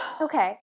Okay